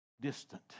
distant